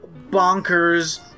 bonkers